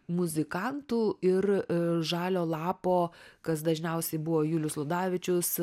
muzikantų ir žalio lapo kas dažniausiai buvo julius ludavičius